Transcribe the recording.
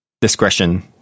discretion